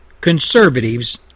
conservatives